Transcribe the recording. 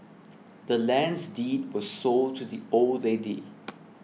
the land's deed was sold to the old lady